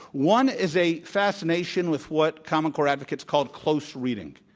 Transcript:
one is a fascination with what common core advocates called close reading.